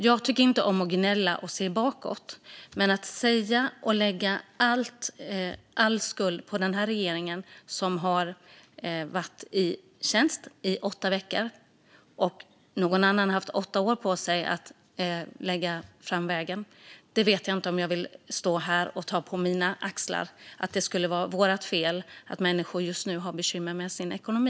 Jag tycker inte om att gnälla och se bakåt, men det är inte rimligt att lägga all skuld på den här regeringen, som har varit i tjänst i åtta veckor. Någon annan har haft åtta år på sig att lägga fast vägen. Jag vet inte om jag vill stå här och ta på mina axlar att det skulle vara vårt fel att människor just nu har bekymmer med sin ekonomi.